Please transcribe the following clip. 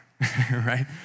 right